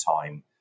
time